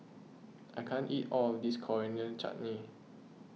I can't eat all of this Coriander Chutney